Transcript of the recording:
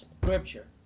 scripture